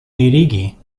mirigi